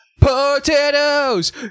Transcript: potatoes